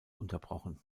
unterbrochen